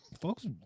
folks